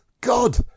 God